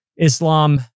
Islam